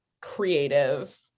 creative